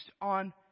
on